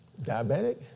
diabetic